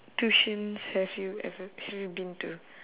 tuitions have you ever have you been to